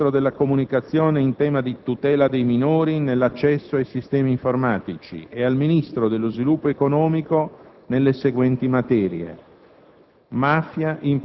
rivolto al Ministro delle comunicazioni in tema di tutela dei minori nell'accesso ai sistemi informatici, e al Ministro dello sviluppo economico nelle seguenti materie: